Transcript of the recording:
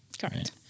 Correct